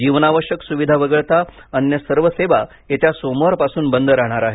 जीवनावश्यक सुविधा वगळता अन्य सर्व सेवा येत्या सोमवारपासून बंद राहणार आहेत